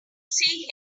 see